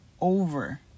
over